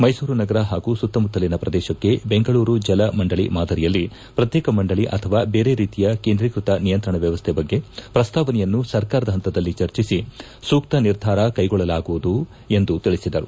ಮೈಸೂರು ನಗರ ಪಾಗೂ ಸುತ್ತಮುತ್ತಲಿನ ಪ್ರದೇಶಕ್ಕೆ ಬೆಂಗಳೂರು ಜಲ ಮಂಡಳಿ ಮಾದರಿಯಲ್ಲಿ ಪ್ರಕ್ಷೇಕ ಮಂಡಳಿ ಅಥವಾ ಬೇರೆ ರೀತಿಯ ಕೇಂದ್ರೀಕೃತ ನಿಯಂತ್ರಣ ವ್ಯವಸ್ಥೆ ಬಗ್ಗೆ ಪ್ರಸ್ತಾವನೆಯನ್ನು ಸರ್ಕಾರದ ಪಂತದಲ್ಲಿ ಚರ್ಚಿಸಿ ಸೂಕ್ತ ನಿರ್ಧಾರ ಕೈಗೊಳ್ಳಲಾಗುವುದು ಎಂದು ತಿಳಿಸಿದರು